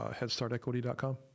headstartequity.com